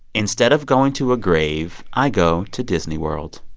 instead of going to a grave, i go to disney world.